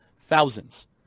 thousands